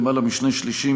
למעלה משני-שלישים,